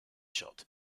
shot